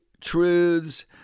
truths